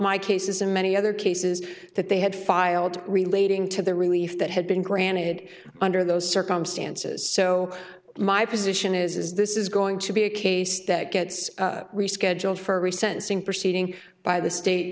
my cases in many other cases that they had filed relating to the relief that had been granted under those circumstances so my position is this is going to be a case that gets rescheduled for we sensing perceiving by the state